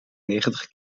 negentig